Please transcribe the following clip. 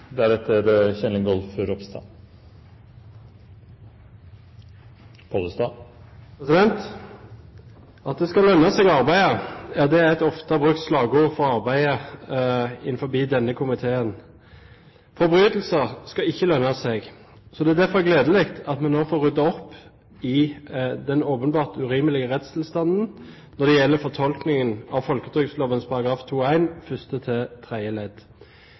At det skal lønne seg å arbeide, er et ofte brukt slagord for arbeidet i denne komiteen. Forbrytelser skal ikke lønne seg. Det er derfor gledelig at vi nå får ryddet opp i den åpenbart urimelige rettstilstanden når det gjelder fortolkningen av folketrygdloven § 2-1 første til tredje ledd.